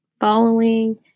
following